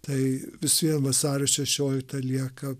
tai vis vien vasario šešiolikta lieka